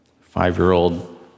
Five-year-old